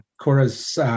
Cora's